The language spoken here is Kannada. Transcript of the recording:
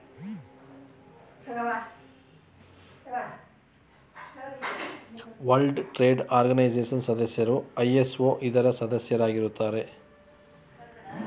ವರ್ಲ್ಡ್ ಟ್ರೇಡ್ ಆರ್ಗನೈಜೆಶನ್ ಸದಸ್ಯರು ಐ.ಎಸ್.ಒ ಇದರ ಸದಸ್ಯರಾಗಿರುತ್ತಾರೆ